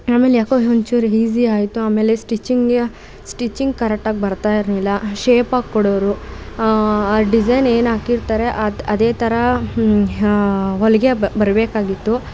ಆಮೇಲೆ ಯಾಕೋ ಒಂಚೂರು ಹೀಝಿ ಆಯಿತು ಆಮೇಲೆ ಸ್ಟಿಚಿಂಗ್ ಸ್ಟಿಚಿಂಗ್ ಕರೆಕ್ಟಾಗಿ ಬರ್ತಾ ಇರಲಿಲ್ಲ ಶೇಪಾಗಿ ಕೊಡೋರು ಆ ಡಿಝೈನ್ ಏನು ಹಾಕಿರ್ತಾರೆ ಅದೇ ಥರ ಹೊಲಿಗೆ ಬರಬೇಕಾಗಿತ್ತು